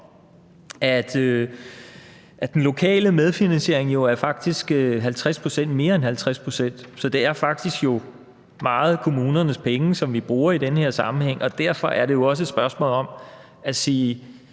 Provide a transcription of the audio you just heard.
at den lokale medfinansiering jo er mere end 50 pct., så det er faktisk meget kommunernes penge, som vi bruger i den her sammenhæng, og derfor er det jo også et spørgsmål om at sige: